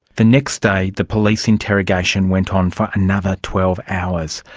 the next day the police interrogation went on for another twelve hours.